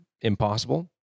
impossible